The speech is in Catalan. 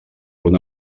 una